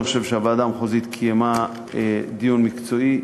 אני חושב שהוועדה המחוזית קיימה דיון מקצועי.